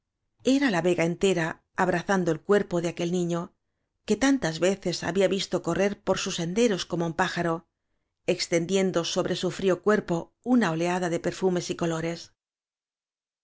era la vega entera abrazan do el cuerpo de aquel niño que tantas vela barraca ces había visto correr por sus senderos como un pájaro extendiendo sobre su frío cuerpo una oleada de perfumes y colores